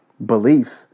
belief